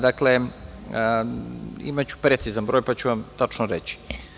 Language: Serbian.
Dakle, imaću precizan broj pa ću tačno reći.